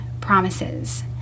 promises